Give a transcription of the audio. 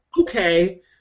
okay